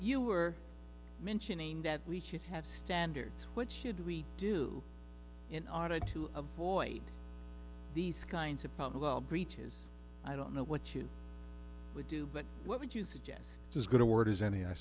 you were mentioning that we should have standards what should we do in order to avoid these kinds of problems well breaches i don't know what you would do but what would you suggest is going towards any i